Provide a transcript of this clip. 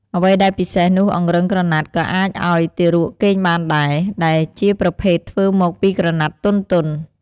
អ្វីដែលពិសេសនោះអង្រឹងក្រណាត់ក៏អាចអោយទារកគេងបានដែរ ដែលជាប្រភេទធ្វើមកពីក្រណាត់ទន់ៗ ។